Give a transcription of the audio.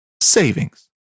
savings